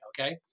okay